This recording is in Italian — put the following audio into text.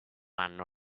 anno